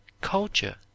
culture